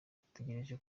dutegereje